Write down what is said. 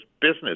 business